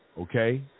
okay